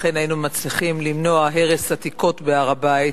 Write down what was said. ואכן היינו מצליחים למנוע הרס עתיקות בהר-הבית,